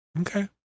Okay